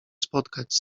spotkać